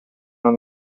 una